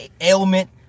ailment